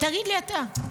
תגיד לי אתה,